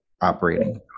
operating